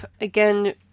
again